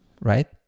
right